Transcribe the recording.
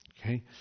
okay